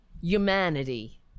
humanity